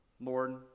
Lord